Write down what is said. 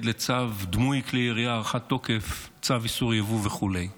לצו דמוי כלי ירייה והארכת תוקף צו איסור ייבוא כלי איירסופט),